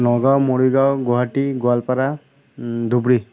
Nagaon Morigaon Guwahati Goalpara Dhubri